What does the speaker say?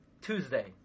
Tuesday